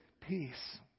peace